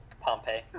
Pompeii